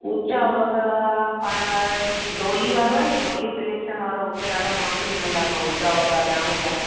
उच्चा वॻा पाण डोली वारो आहे न ही डोली सिलेक्शन वारो हुते ॾाढा मस्तु मिलंदो अथव उच्चा वॻा वयांव जा